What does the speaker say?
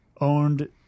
Owned